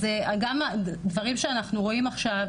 אז גם הדברים שאנחנו רואים עכשיו,